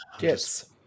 Yes